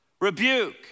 rebuke